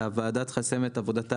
הוועדה צריכה לסיים את עבודתה,